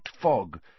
fog